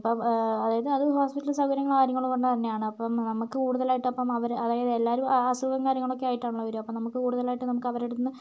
അപ്പോൾ അതായത് അത് ഹോസ്പിറ്റല് സൗകര്യങ്ങള് കാര്യങ്ങള് കൊണ്ട് തന്നെയാണ് അപ്പം നമുക്ക് കൂടുതലായിട്ട് അപ്പം അവര് അതായത് എല്ലാവരും ആശ്രിതൻ കാര്യങ്ങളൊക്കെ ആയിട്ടാണല്ലോ വരിക അപ്പം നമുക്ക് കൂടുതലായിട്ടും നമുക്ക് അവരുടെ അടുത്തെന്ന്